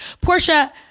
Portia